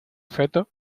feto